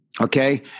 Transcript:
okay